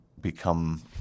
become